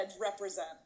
represent